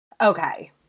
Okay